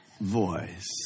voice